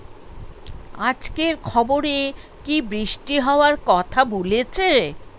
আজকের খবরে কি বৃষ্টি হওয়ায় কথা বলেছে?